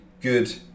good